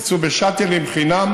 ייסעו בשאטלים חינם